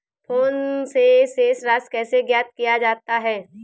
Phone से शेष राशि कैसे ज्ञात किया जाता है?